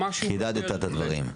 חידדת את הדברים.